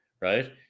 right